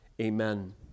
Amen